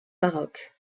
baroque